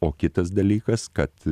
o kitas dalykas kad